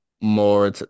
more